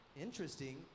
Interesting